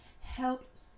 helped